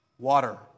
Water